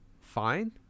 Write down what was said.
fine